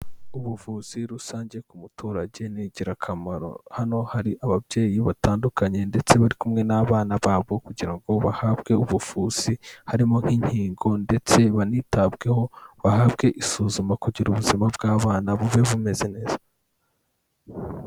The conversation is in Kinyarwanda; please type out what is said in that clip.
Ubuvuzi rusange ku muturage ni ingirakamaro, hano hari ababyeyi batandukanye ndetse bari kumwe n'abana babo kugira ngo bahabwe ubufuzi harimo nk'inkingo ndetse banitabweho bahabwe isuzuma kugira ubuzima bw'abana bube bumeze neza.